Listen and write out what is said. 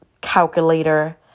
calculator